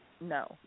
no